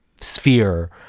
sphere